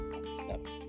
accept